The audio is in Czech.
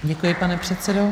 Děkuji, pane předsedo.